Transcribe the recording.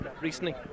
recently